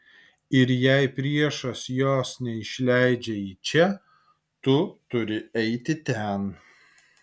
ir jei priešas jos neišleidžia į čia tu turi eiti ten